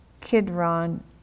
Kidron